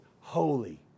holy